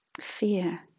fear